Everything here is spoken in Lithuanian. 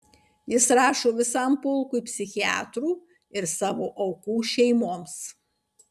jis rašo visam pulkui psichiatrų ir savo aukų šeimoms